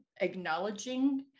acknowledging